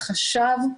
חשב,